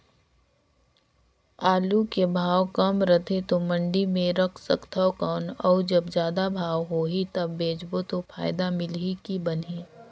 आलू के भाव कम रथे तो मंडी मे रख सकथव कौन अउ जब जादा भाव होही तब बेचबो तो फायदा मिलही की बनही?